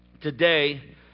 today